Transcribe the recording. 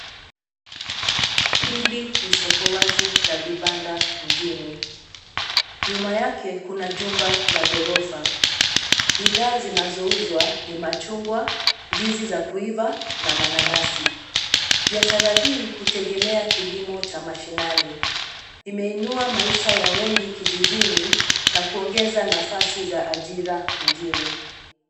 Hili ni soko wazi la vibanda mjini. Nyuma yake, kuna jumba la ghorofa. Bidhaa zinazouzwa ni machungwa, ndizi za kuiva na mananasi. Biashara hii hutegemea kilimo cha mashinani, imeinua maisha ya wengi kijijini na kuongeza nafasi za ajira mjini.